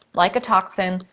like a toxin,